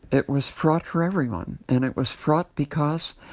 it was fraught for everyone. and it was fraught because,